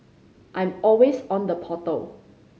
I'm always on the portal